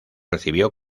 recibió